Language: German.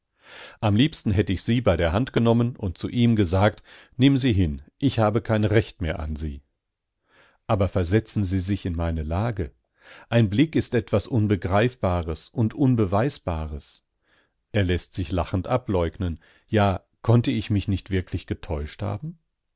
am liebsten hätt ich sie bei der hand genommen und zu ihm gesagt nimm sie hin ich habe kein recht mehr an sie aber versetzen sie sich in meine lage ein blick ist etwas unbegreifbares und unbeweisbares er läßt sich lachend ableugnen ja konnte ich mich nicht wirklich getäuscht haben